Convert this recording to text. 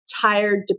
tired